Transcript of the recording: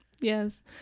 yes